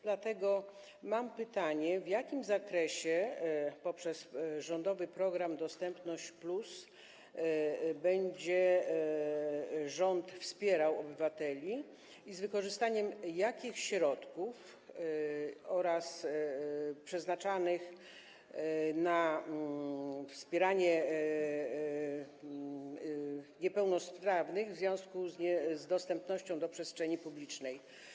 Dlatego mam pytanie, w jakim zakresie poprzez rządowy program „Dostępność+” rząd będzie wspierał obywateli i z wykorzystaniem jakich środków przeznaczonych na wspieranie niepełnosprawnych w związku z dostępnością do przestrzeni publicznej.